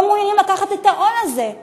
לא מעוניינים לקחת את העול הזה.